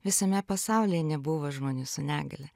visame pasaulyje nebuvo žmonių su negalia